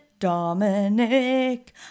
Dominic